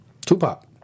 Tupac